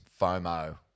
FOMO